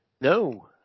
No